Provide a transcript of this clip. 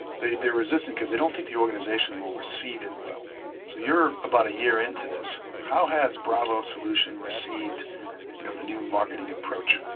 they're resisting because they don't think the organization will receive it well. so you're about a year into this. how has bravo solutions received you know the new marketing approach?